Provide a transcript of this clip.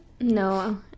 No